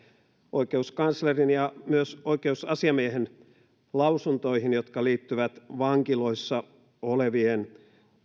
oikeuskanslerin ja myös oikeusasiamiehen lausuntoihin jotka liittyvät vankiloissa olevien